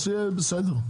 בסדר גמור.